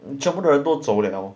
全部的人都走了